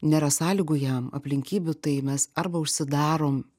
nėra sąlygų jam aplinkybių tai mes arba užsidarom